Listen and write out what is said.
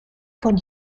von